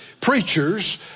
preachers